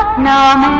know